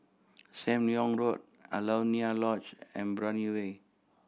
Sam Leong Road Alaunia Lodge and Brani Way